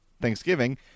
Thanksgiving